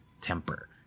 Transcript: temper